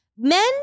Men